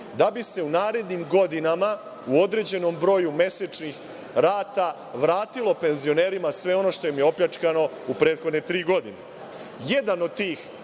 da bi se u narednim godinama u određenom broju mesečnih rata vratilo penzionerima sve ono što im je opljačkano u prethodne tri godine.